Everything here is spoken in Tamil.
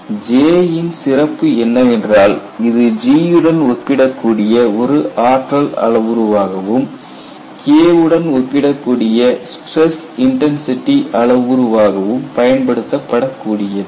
J ன் சிறப்பு என்னவென்றால் இது G உடன் ஒப்பிடக்கூடிய ஒரு ஆற்றல் அளவுருவாகவும் K உடன் ஒப்பிடக்கூடிய ஸ்டிரஸ் இன்டன்சிடி அளவுருவாகவும் பயன்படுத்தப்படக் கூடியது